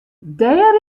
dêr